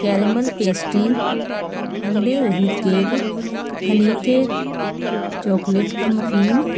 caramel pastry ਅੰਡੇ ਰਹਿਤ cake honey cake chocolate muffin